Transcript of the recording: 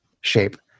shape